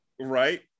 right